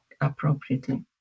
appropriately